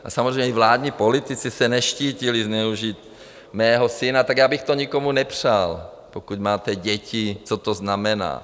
A samozřejmě i vládní politici se neštítili zneužít mého syna já bych to nikomu nepřál, pokud máte děti, co to znamená.